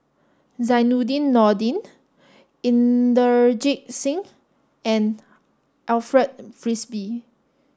Zainudin Nordin Inderjit Singh and Alfred Frisby